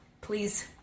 please